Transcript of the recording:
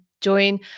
join